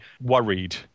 worried